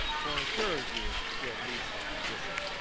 so i encourage you to at least listen.